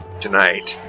tonight